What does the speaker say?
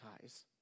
ties